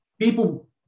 people